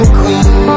queen